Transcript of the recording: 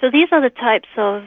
so these are the types of